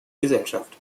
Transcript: gesellschaft